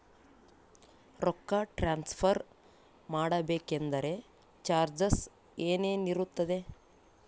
ರೊಕ್ಕ ಟ್ರಾನ್ಸ್ಫರ್ ಮಾಡಬೇಕೆಂದರೆ ಚಾರ್ಜಸ್ ಏನೇನಿರುತ್ತದೆ?